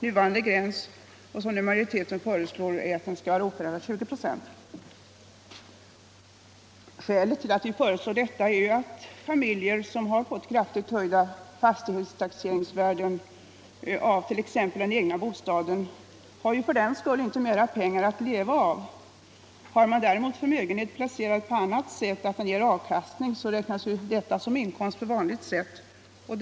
Nuvarande gräns, som enligt majoritetens förslag skall bibehållas, är 20 26. Skälet till att vi föreslår detta är att familjer som fått kraftigt höjda fastighetstaxeringsvärden, t.ex. för den egna bostaden, för den skull inte har mera pengar att leva på. Har man däremot förmögenhet placerad på annat sätt, så att den ger avkastning, räknas ju detta som inkomst på vanligt vis.